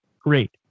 Great